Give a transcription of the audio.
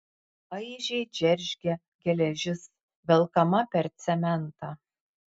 aižiai džeržgė geležis velkama per cementą